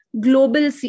global